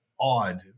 odd